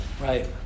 Right